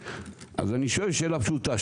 אז אני שואל שאלה פשוטה,